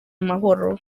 amahoro